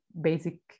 basic